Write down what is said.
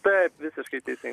taip visiškai teisingai